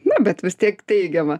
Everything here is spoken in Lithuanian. na bet vis tiek teigiama